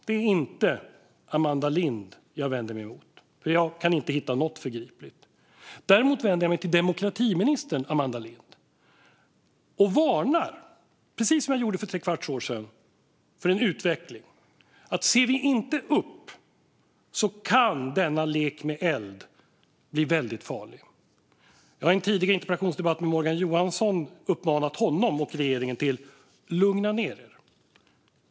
Det är inte Amanda Lind jag vänder mig mot. Jag kan inte hitta något förgripligt där. Däremot vänder jag mig till demokratiministern Amanda Lind och varnar, precis som jag gjorde för trekvarts år sedan, för denna utveckling. Ser vi inte upp kan denna lek med eld bli väldigt farlig. Jag har i en tidigare interpellationsdebatt med Morgan Johansson uppmanat honom och regeringen: Lugna ned er!